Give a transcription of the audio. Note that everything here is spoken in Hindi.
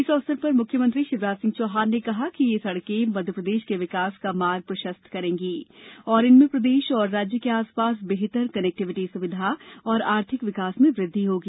इस अवसर पर मुख्यमंत्री शिवराज सिंह चौहान ने कहा की ये सड़कें मध्य प्रदेश के विकास का मार्ग प्रशस्त करेंगी और इनसे प्रदेश और राज्य के आसपास बेहतर कनेक्टिविटी सुविधा और आर्थिक विकास में वृद्धि होगी